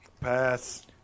Pass